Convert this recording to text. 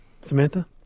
Samantha